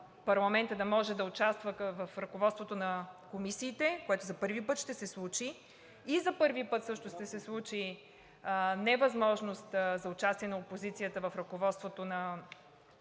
парламента да може да участва в ръководството на комисиите, което за първи път ще се случи. За първи път също ще се случи невъзможност за участие на опозицията в ръководството на